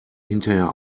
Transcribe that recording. hinterher